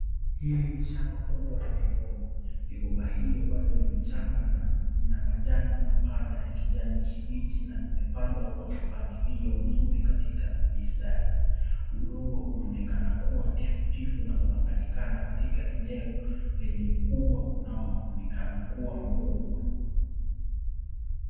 Hili ni shamba kubwa la migomba, migomba hiyo bado ni mchanga na ina majani mapana ya kijani kibichi na imepandwa kwa mpangilio mzuri katika mistari, udongo unaonekana kuwa tifu tifu na unapatikana katika eneo lenye ukubwa unao onekana kuwa mkubwa.